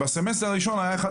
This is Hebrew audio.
ובסמסטר הראשון אחד